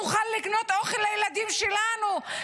שנוכל לקנות אוכל לילדים שלנו,